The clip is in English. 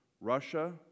Russia